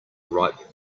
ripe